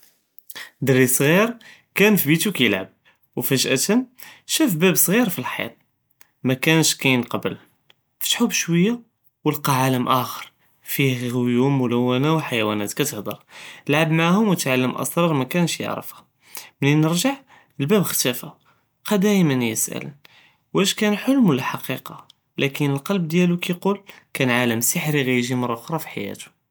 דרי סג'יר קאן פי ביתו קיילעב, ופג'אה שאפ בב סג'יר פי אלח'יט, מא קאנש קיין קבל, פתחו בשוייה, ולקא עלם אחר פיה ג'יומ מלונה ו ח'יואנת קתהדר, לעב מעאהם ו תעלם אסראר מא קאנש יערפהא, מןין רג'ע אלבב אכטפהא, בקא דאימא יסתעל: ויש קאן חלם וולה ח'קיקה? לקין אללבב דיאלו קיגול: קאן עלם ס'ח'רי ג'יג'י מרה אוכרה פי חייאתו.